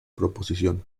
proposición